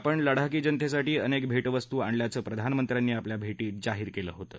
आपण लडाखी जनतेसाठी अनेक भेटवस्तू आणल्याचं प्रधानमंत्र्यांनी आपल्या भेटीत जाहीर केलं होतं